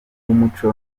w’umuco